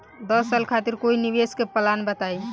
दस साल खातिर कोई निवेश के प्लान बताई?